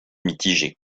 mitigées